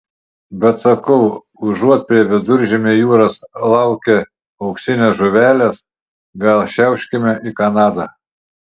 bet sakau užuot prie viduržemio jūros laukę auksinės žuvelės gal šiauškime į kanadą